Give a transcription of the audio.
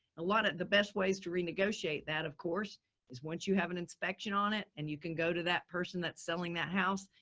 a lot of the best ways to renegotiate that of course is once you have an inspection on it and you can go to that person that's selling that house.